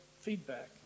feedback